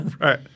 Right